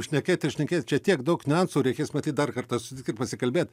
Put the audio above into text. šnekėt ir šnekėt čia tiek daug niuansų reikės matyt dar kartą susitikt pasikalbėt